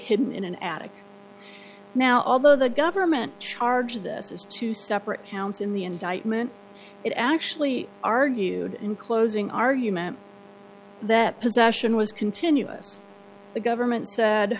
hidden in an attic now although the government charged this as two separate counts in the indictment it actually argued in closing argument that possession was continuous the government said